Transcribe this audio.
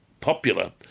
popular